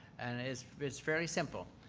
and it's it's fairly simple.